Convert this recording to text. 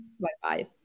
Bye-bye